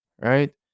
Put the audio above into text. Right